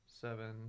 Seven